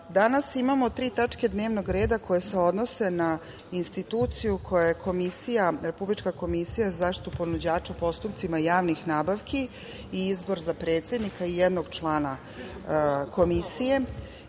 gosti. Danas imamo tri tačke dnevnog reda koje se odnose na instituciju koja je Republička komisija za zaštitu ponuđača u postupcima javnih nabavki i izbor za predsednika i jednog člana Komisije.